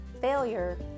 failure